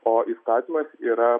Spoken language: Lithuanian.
o įstatymas yra